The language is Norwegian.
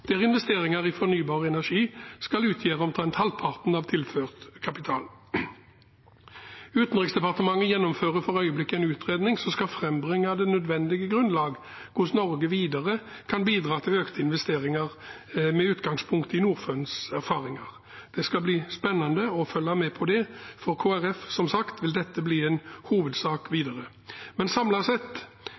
der investeringer i fornybar energi skal utgjøre omtrent halvparten av tilført kapital. Utenriksdepartementet gjennomfører for øyeblikket en utredning som skal frambringe det nødvendige grunnlaget for hvordan Norge videre kan bidra til økte investeringer med utgangspunkt i Norfunds erfaringer. Det skal bli spennende å følge med på det. For Kristelig Folkeparti vil dette som sagt bli en hovedsak videre. Men samlet sett